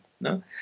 no